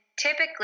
typically